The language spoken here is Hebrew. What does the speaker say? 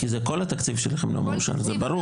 כל התקציב שלכם לא מאושר, זה ברור.